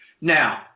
Now